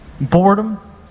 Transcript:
boredom